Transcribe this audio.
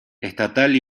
estatal